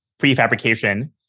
prefabrication